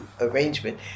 arrangement